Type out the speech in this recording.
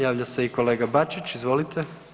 Javlja se i kolega Bačić, izvolite.